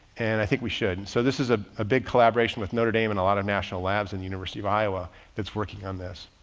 and i think we should. and so this is ah a big collaboration with notre dame and a lot of national labs in the university of iowa that's working on this.